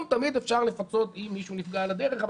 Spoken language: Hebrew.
תמיד אפשר לפצות אם מישהו נפגע על הדרך.